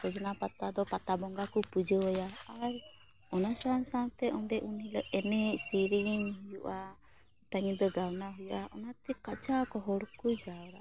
ᱥᱚᱡᱱᱟ ᱯᱟᱛᱟ ᱫᱚ ᱯᱟᱛᱟ ᱵᱚᱸᱜᱟ ᱠᱚ ᱯᱩᱡᱟᱹᱣᱟᱭᱟ ᱟᱨ ᱚᱱᱟ ᱥᱟᱶ ᱥᱟᱶᱛᱮ ᱚᱸᱰᱮ ᱩᱱᱤ ᱞᱟᱹᱜᱤᱫ ᱚᱸᱰᱮ ᱮᱱᱮᱡ ᱥᱤᱨᱤᱧ ᱦᱩᱭᱩᱜᱼᱟ ᱜᱚᱴᱟ ᱧᱤᱫᱟᱹ ᱜᱟᱣᱱᱟ ᱦᱩᱭᱩᱜᱼᱟ ᱚᱱᱟᱛᱮ ᱠᱟᱡᱟᱠ ᱦᱚᱲ ᱠᱚ ᱡᱟᱣᱨᱟᱜᱼᱟ